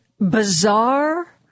bizarre